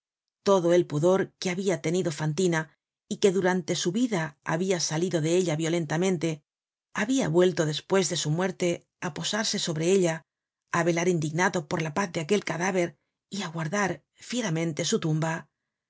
todo el pudor que habia tenido fantina y que durante su vida habia salido de ella violentamente habia vuelto despues de su muerte á posarse sobre ella á velar indignado por la paz de aquel cadáver y á guardar fieramente su tumba